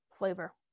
Flavor